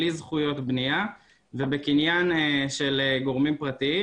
בלי זכויות בנייה ובקניין של גורמים פרטיים